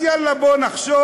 אז יאללה, בוא נחשוב.